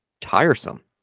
tiresome